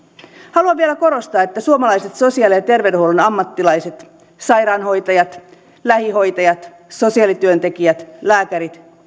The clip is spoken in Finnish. haluan vielä korostaa että suomalaiset sosiaali ja terveydenhuollon ammattilaiset sairaanhoitajat lähihoitajat sosiaalityöntekijät lääkärit